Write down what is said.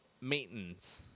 Maintenance